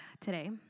today